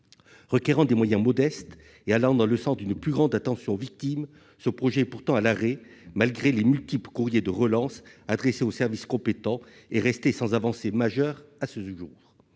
Requérant des moyens modestes et allant dans le sens d'une plus grande attention aux victimes, ce projet, pourtant à l'arrêt malgré les multiples courriers de relance adressés aux services compétents, est resté sans avancée majeure à ce jour.